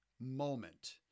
moment